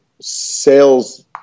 sales